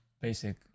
Basic